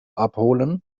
abholen